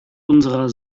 unserer